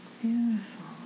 beautiful